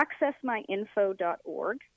accessmyinfo.org